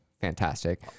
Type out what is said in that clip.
fantastic